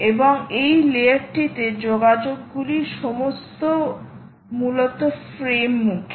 এবং এই লেয়ার টিতে যোগাযোগগুলি সমস্তগুলি মূলত ফ্রেম মুখী